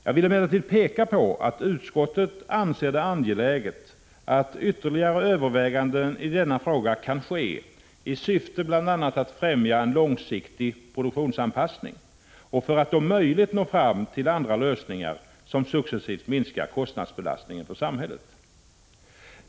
Jag vill emellertid peka på att utskottet anser det angeläget att ytterligare överväganden i denna fråga kan ske i syfte att bl.a. främja en långsiktig produktionsanpassning och för att om möjligt nå fram till andra lösningar som successivt minskar kostnadsbelastningen för samhället.